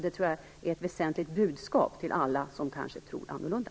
Jag tror att det är ett väsentligt budskap till alla som kanske tror annorlunda.